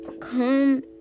come